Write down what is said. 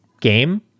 game